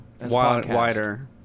wider